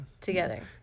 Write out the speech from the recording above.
Together